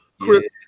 Chris